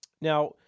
Now